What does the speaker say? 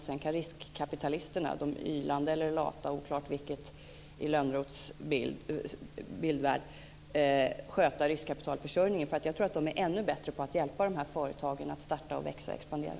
Sedan kan de ylande eller lata riskkapitalisterna i Lönnroths bildvärld sköta riskkapitalförsörjningen. Jag tror nämligen att de är ännu bättre på att hjälpa dessa företag att starta, växa och expandera.